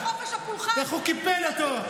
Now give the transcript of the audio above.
איך הוא קיפל אותו,